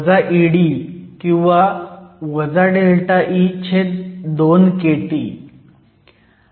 ED किंवा -ΔE2kT